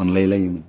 अनलायलायोमोन